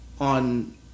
on